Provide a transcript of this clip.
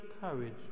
courage